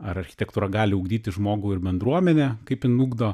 ar architektūra gali ugdyti žmogų ir bendruomenę kaip jin ugdo